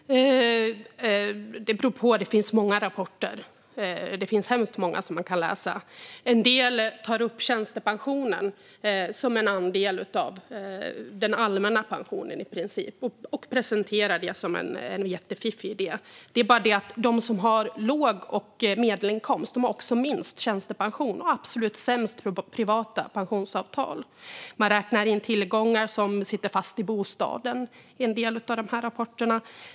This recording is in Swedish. Herr talman! Det beror på. Det finns många rapporter. Det finns hemskt många som man kan läsa. En del tar upp tjänstepensionen som en andel av den allmänna pensionen i princip och presenterar det som en jättefiffig idé. Det är bara det att de som har låg inkomst och medelinkomst har också minst tjänstepension och absolut sämst privata pensionsavtal. Man räknar in tillgångar som sitter fast i bostaden i en del av dessa rapporter.